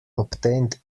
obtained